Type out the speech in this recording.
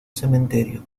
cementerio